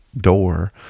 door